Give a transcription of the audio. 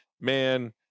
man